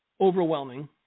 overwhelming